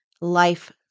life